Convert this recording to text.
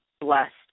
blessed